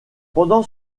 pendant